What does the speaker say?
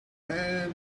man